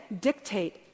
dictate